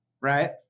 right